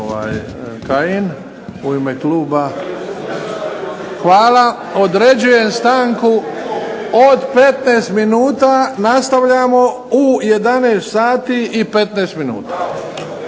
Hvala. Određujem stanku od 15 minuta, nastavljamo u 11,15 minuta.